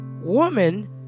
Woman